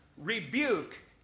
rebuke